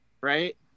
Right